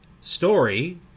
story